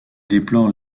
déplore